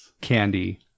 candy